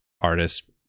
artist